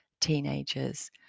teenagers